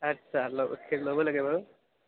আচ্ছা ল ল'বই লাগে বাৰু